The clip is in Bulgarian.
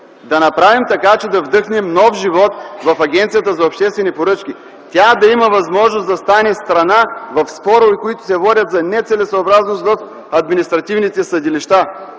да направим така, че да вдъхнем нов живот в Агенцията за обществени поръчки. Тя да има възможност да стане страна в спорове, които се водят за нецелесъобразност, в административните съдилища;